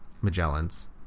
Magellan's